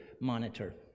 monitor